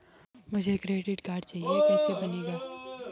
मुझे credit card चाहिए कैसे बनेगा?